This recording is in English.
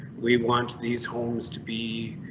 we want these homes to be.